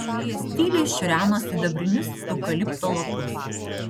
vėjas tyliai šiureno sidabrinius eukalipto lapus